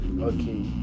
Okay